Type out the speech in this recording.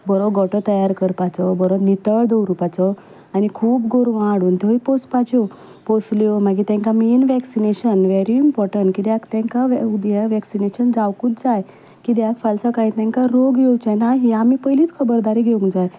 बरो गोठो तयार करपाचो बरो नितळ दवरपाचो आनी खूब गोरवां हाडून थंय पोसपाच्यो पोसल्यो मागीर तांकां मेन वॅक्सिनेशन वेरी इंपोर्टंट कित्याक तेंकां यें वॅक्सिनेशन जावुंकूच जाय कित्याक फाल सकाळीं तांकां रोग येवचे ना हें आमी पयलींच खबरदारी घेवूंक जाय